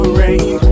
rain